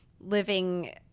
living